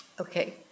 okay